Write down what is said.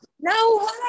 No